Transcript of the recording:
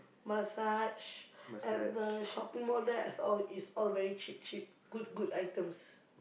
massage at the shopping-mall there is all is all very cheap cheap good good items